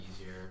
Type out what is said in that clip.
easier